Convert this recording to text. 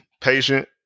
patient